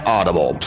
Audible